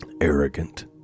arrogant